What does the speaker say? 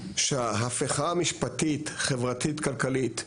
שההפיכה המשפטית, חברתית, כלכלית,